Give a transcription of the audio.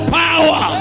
power